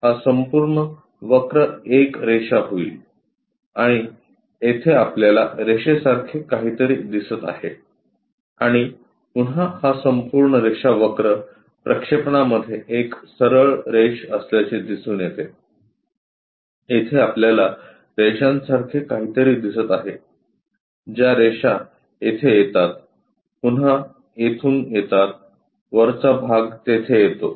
हा संपूर्ण वक्र एक रेषा होईल आणि येथे आपल्याला रेषेसारखे काहीतरी दिसत आहे आणि पुन्हा हा संपूर्ण रेषा वक्र प्रक्षेपणामध्ये एक सरळ रेष असल्याचे दिसून येते येथे आपल्याला रेषांसारखे काहीतरी दिसत आहे ज्या रेषा येथे येतात पुन्हा येथून येतात वरचा भाग तेथे येतो